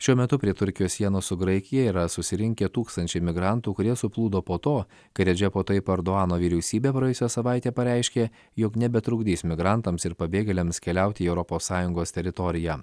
šiuo metu prie turkijos sienos su graikija yra susirinkę tūkstančiai migrantų kurie suplūdo po to kai redžepo taipo erdogano vyriausybė praėjusią savaitę pareiškė jog nebetrukdys migrantams ir pabėgėliams keliauti į europos sąjungos teritoriją